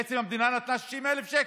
בעצם המדינה נתנה 60,000 שקל,